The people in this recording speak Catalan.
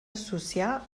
associar